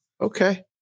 Okay